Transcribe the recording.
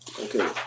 okay